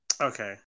Okay